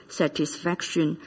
satisfaction